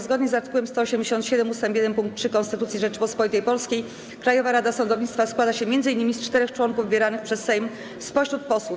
Zgodnie z art. 187 ust. 1 pkt 3 Konstytucji Rzeczypospolitej Polskiej Krajowa Rada Sądownictwa składa się m.in. z czterech członków wybieranych przez Sejm spośród posłów.